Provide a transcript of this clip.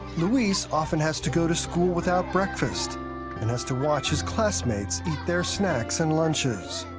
luis often has to go to school without breakfast and has to watch his classmates eat their snacks and lunches.